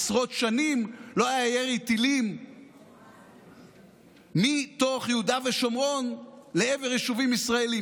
עשרות שנים לא היה ירי טילים מתוך יהודה ושומרון לעבר יישובים ישראליים.